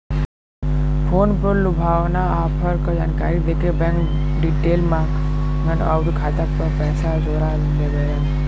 phone पर लुभावना offer क जानकारी देके बैंक डिटेल माँगन आउर खाता से पैसा चोरा लेवलन